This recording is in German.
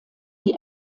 die